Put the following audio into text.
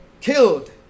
killed